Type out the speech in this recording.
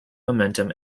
momentum